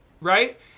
right